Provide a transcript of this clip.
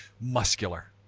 muscular